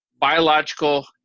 Biological